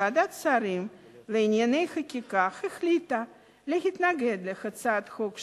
ועדת שרים לענייני חקיקה החליטה להתנגד להצעת החוק שלי,